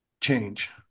change